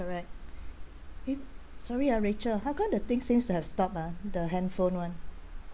correct eh sorry ah rachel how come the thing seems to have stopped ah the handphone [one]